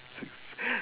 six